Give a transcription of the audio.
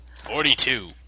Forty-two